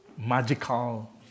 magical